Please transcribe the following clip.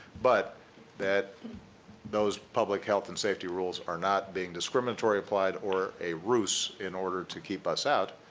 but that those public health and safety rules are not being discriminatory applied or a rouse in order to keep us out.